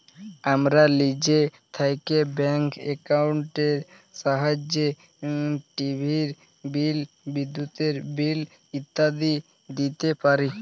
আমরা লিজে থ্যাইকে ব্যাংক একাউল্টের ছাহাইয্যে টিভির বিল, বিদ্যুতের বিল ইত্যাদি দিইতে পারি